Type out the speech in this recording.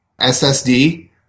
SSD